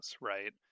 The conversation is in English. right